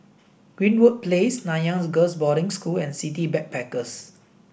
Greenwood Place Nanyang's Girls' Boarding School and City Backpackers